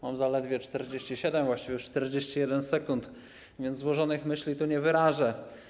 Mam zaledwie 47, właściwie już 41 sekund, więc złożonych myśli tu nie wyrażę.